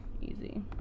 Easy